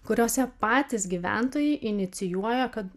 kuriose patys gyventojai inicijuoja kad